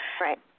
Right